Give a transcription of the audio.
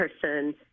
person